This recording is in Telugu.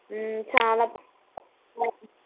చాలా